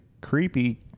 creepy